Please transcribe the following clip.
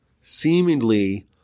seemingly